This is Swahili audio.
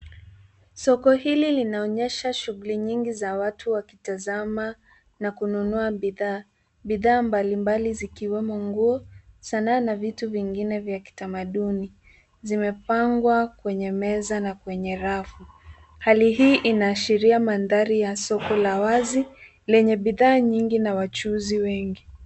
Soko hili linaonyesha shughuli nyingi za watu wakitazama na kununua bidhaa. Bidhaa mbalimbali zikiwemo nguo, sanaa na vitu vingine vya kitamaduni. Zimepangwa kwenye meza na kwenye rafu. Hali hii inaashiria mandhari ya soko la wazi lenye bidhaa nyingi na wachuuzi wengi.